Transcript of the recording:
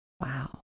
Wow